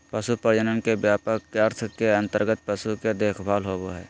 पशु प्रजनन के व्यापक अर्थ के अंतर्गत पशु के देखभाल होबो हइ